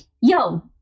yo